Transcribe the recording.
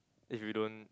if you don't